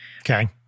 Okay